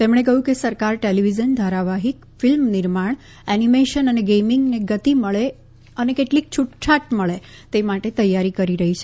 તેમણે કહયું કે સરકાર ટેલીવીઝન ધારાવાહિક ફિલ્મ નિર્માણ ા નીમેશન ા ને ગેમીંગને ગતિ મળે ા ને કેટલીક છુટછાટ મળે તે માટે તૈયારી કરી રહી છે